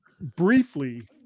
briefly